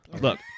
Look